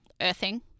Earthing